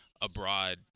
abroad